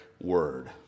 word